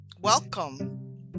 Welcome